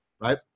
right